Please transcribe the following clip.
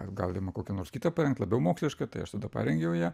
galima kokią nors kitą parengt labiau mokslišką tai aš tada parengiau ją